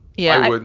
yeah.